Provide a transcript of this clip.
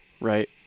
Right